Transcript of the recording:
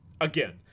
again